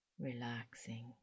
relaxing